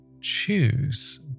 choose